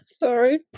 Sorry